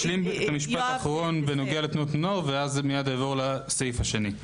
אשלים את המשפט האחרון בנוגע לתנועות נוער ואעבור מייד לסעיף השני.